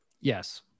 yes